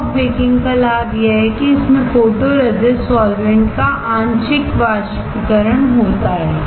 soft baking का लाभ यह है कि इसमें फोटोरेसिस्ट सॉल्वैंट् का आंशिक वाष्पीकरण होता है